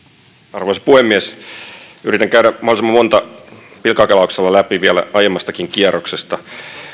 arvoisa puhemies yritän käydä mahdollisimman monta pikakelauksella läpi vielä aiemmastakin kierroksesta